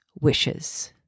wishes